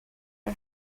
her